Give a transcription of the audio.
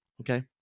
Okay